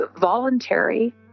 voluntary